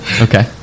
Okay